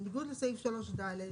בניגוד לסעיף 3(ד),